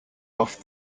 off